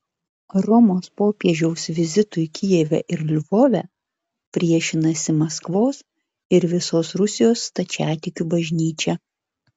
romos popiežiaus vizitui kijeve ir lvove priešinasi maskvos ir visos rusijos stačiatikių bažnyčia